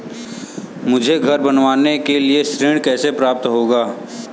मुझे घर बनवाने के लिए ऋण कैसे प्राप्त होगा?